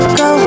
go